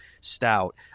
stout